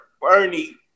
Bernie